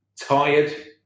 tired